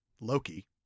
Loki